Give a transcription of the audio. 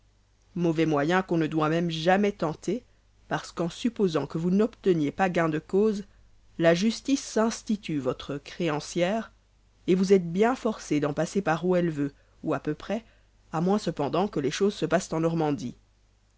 mauvais moyens qu'on ne doit même jamais tenter parce qu'en supposant que vous n'obteniez pas gain de cause la justice s'institue votre créancière et vous êtes bien forcé d'en passer par où elle veut ou à peu près à moins cependant que les choses se passent en normandie